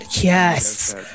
yes